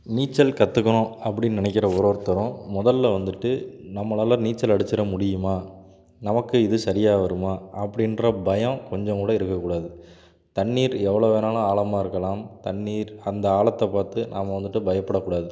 நீச்சல் கற்றுக்கணும் அப்படின்னு நினைக்கிற ஒரு ஒருத்தரும் முதல்ல வந்துட்டு நம்மளால் நீச்சல் அடிச்சிட முடியுமா நமக்கு இது சரியாக வருமா அப்படின்ற பயம் கொஞ்சம் கூட இருக்கக்கூடாது தண்ணீர் எவ்வளோ வேணாலும் ஆழமா இருக்கலாம் தண்ணீர் அந்த ஆழத்தப் பார்த்து நாம் வந்துட்டு பயப்படக்கூடாது